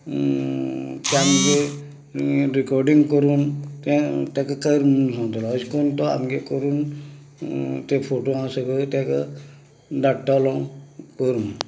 ते आमगें ये रिकोर्डिंग करून तें तेका कर म्हणून सांगतलो अश करून तो आमगें करून ते फोटो आसा पळय तेका धाडटलो करून